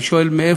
אני שואל, מאיפה?